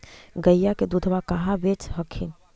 गईया के दूधबा कहा बेच हखिन?